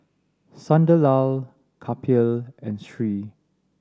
Sunderlal Kapil and Hri